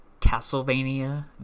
castlevania